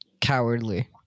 cowardly